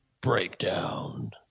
Breakdown